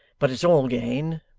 but it's all gain,